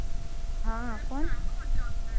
हाँ कौन